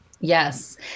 Yes